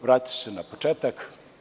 Vratiću se na početak.